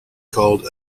called